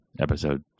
episode